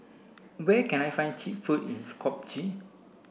where can I find cheap food in Skopje